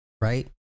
Right